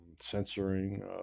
censoring